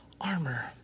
armor